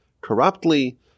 corruptly